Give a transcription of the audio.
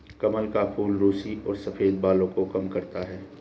कमल का फूल रुसी और सफ़ेद बाल को कम करता है